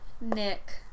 Nick